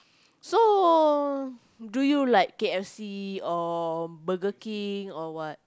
so do you like K_F_C or Burger-King or what